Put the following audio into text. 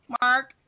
Mark